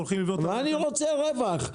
אני רוצה רווח.